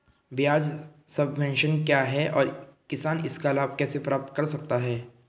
ब्याज सबवेंशन क्या है और किसान इसका लाभ कैसे प्राप्त कर सकता है?